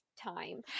time